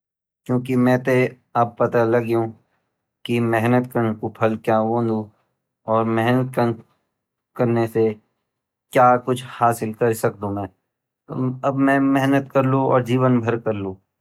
क्युकी मैते अब पता लगी की ममेहनत कनो फल क्या वोंदु और मेहनत कन से क्या कुछ हासिल कर सकदु मै ता अब मैं मेहनत करलु अर जीवन भर करलु मैं।